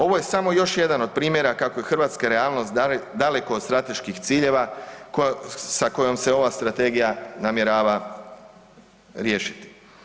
Ovo je samo još jedan od primjera kako je hrvatska realnost daleko od strateških ciljeva sa kojom se ova strategija namjerava riješiti.